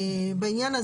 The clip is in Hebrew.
לבריאות"